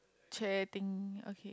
chair thing okay